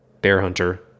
Bearhunter